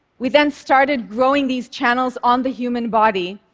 we then started growing these channels on the human body,